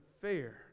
fair